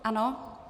Ano?